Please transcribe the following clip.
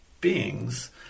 beings